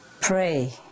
Pray